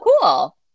cool